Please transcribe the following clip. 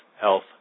Health